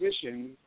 position